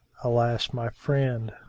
alas, my friend!